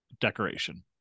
decoration